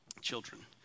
children